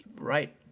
right